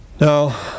Now